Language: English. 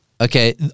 okay